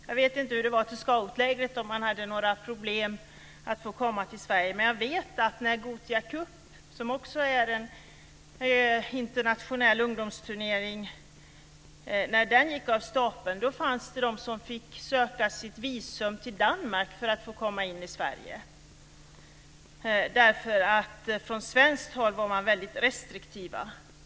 Jag vet inte om man hade några problem att få komma till scoutlägret i Sverige, men jag vet att när Gothia Cup, som är en internationell ungdomsturnering, gick av stapeln fanns det ungdomar som fick söka visum till Danmark för att få komma in i Sverige. Från svenskt håll var man väldigt restriktiv.